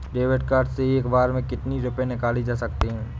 David card से एक बार में कितनी रूपए निकाले जा सकता है?